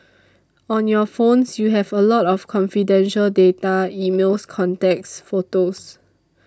on your phones you have a lot of confidential data emails contacts photos